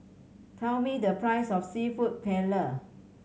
tell me the price of Seafood Paella